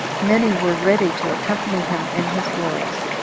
many were ready to accompany him in his wars.